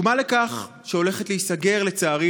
הבלתי-פורמלי.